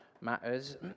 matters